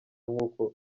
nk’uko